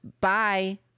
Bye